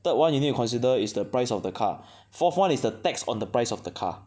third one you need to consider is the price of the car fourth one is the tax on the price of the car